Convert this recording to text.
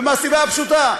ומהסיבה הפשוטה,